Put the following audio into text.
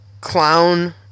clown